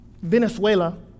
venezuela